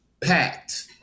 packed